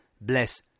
Bless